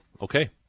Okay